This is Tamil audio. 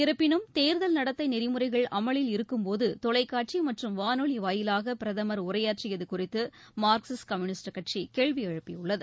இருப்பினும் தேர்தல் நடத்தை நெறிமுறைகள் அமலில் இருக்கும் போது தொலைக்காட்சி மற்றும் வானொலி வாயிலாக பிரதமர் உரையாற்றியது குறித்து மார்க்சிஸ்ட் கம்பூனிஸ்ட் கட்சி கேள்வி எழுப்பியுள்ளது